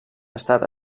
estat